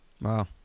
Wow